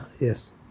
Yes